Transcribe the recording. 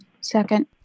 Second